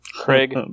Craig